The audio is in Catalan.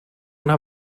una